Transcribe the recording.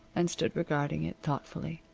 and stood regarding it, thoughtfully.